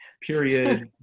period